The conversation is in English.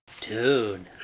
Dude